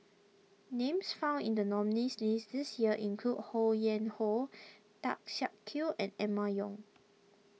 names found in the nominees' list this year include Ho Yuen Hoe Tan Siak Kew and Emma Yong